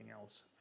else